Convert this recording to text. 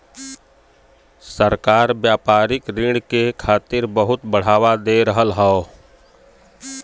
सरकार व्यापारिक ऋण के खातिर बहुत बढ़ावा दे रहल हौ